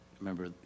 remember